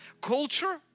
Culture